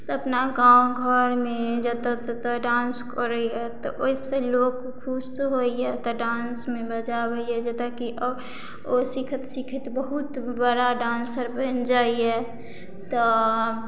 अपना गाँव घरमे जतऽ ततऽ डान्स करैया तऽ ओहिसँ लोक खुश होइया तऽ डांसमे मजा आबैया जतऽ कि ओ सिखैत सिखैत बहुत बड़ा डांसर बनि जाइया तऽ